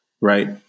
right